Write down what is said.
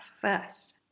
first